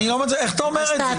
איך אתה אומר את זה?